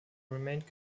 remained